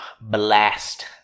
blast